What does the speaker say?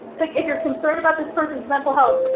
like, if you're concerned about this person's mental health,